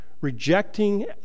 Rejecting